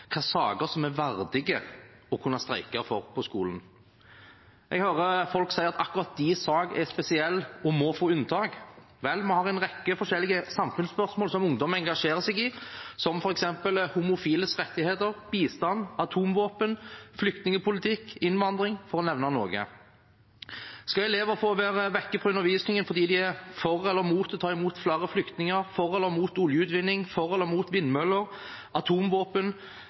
saker som er verdige å kunne streike for på skolen. Jeg hører folk si: Akkurat din sak er spesiell og må få unntak. Vel, vi har en rekke forskjellige samfunnsspørsmål som ungdom engasjerer seg i, som f.eks. homofiles rettigheter, bistand, atomvåpen, flyktningpolitikk, innvandring – for å nevne noen. Skal elever få være borte fra undervisningen fordi de er for eller mot å ta imot flere flyktninger, for eller mot oljeutvinning, for eller mot vindmøller, for eller mot atomvåpen